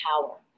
power